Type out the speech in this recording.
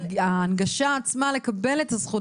ההנגשה עצמה לקבל את הזכות,